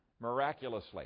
miraculously